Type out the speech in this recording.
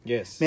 Yes